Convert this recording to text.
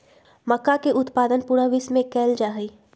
मक्का के उत्पादन पूरा विश्व में कइल जाहई